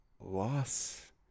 Loss